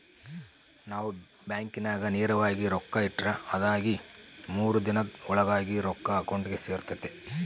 ನಾವು ಬ್ಯಾಂಕಿನಾಗ ನೇರವಾಗಿ ರೊಕ್ಕ ಇಟ್ರ ಅದಾಗಿ ಮೂರು ದಿನುದ್ ಓಳಾಗ ರೊಕ್ಕ ಅಕೌಂಟಿಗೆ ಸೇರ್ತತೆ